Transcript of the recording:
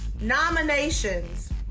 nominations